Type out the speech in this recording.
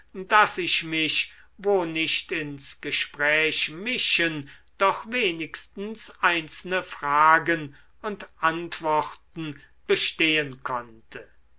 daß ich mich wo nicht ins gespräch mischen doch wenigstens einzelne fragen und antworten bestehen konnte